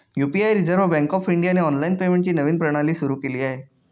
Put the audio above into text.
UPI reserve bank of इंडियाने online पेमेंटची नवीन प्रणाली सुरू केली आहे